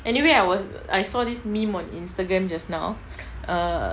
anyway I was I saw this meme on instagram just now err